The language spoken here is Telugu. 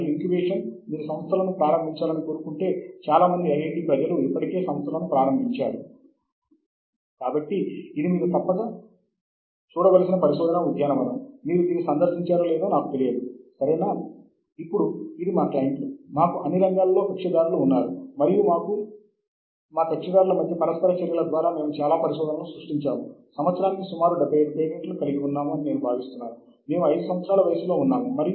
మేము 1994 లో చాలా మంచి పరిశోధనా పత్రాన్ని గుర్తించాము అప్పుడు 94 తరువాత ప్రచురించబడిన అన్ని పత్రాలు వీటిని సూచిస్తున్నాయి ఈ ప్రత్యేక పత్రము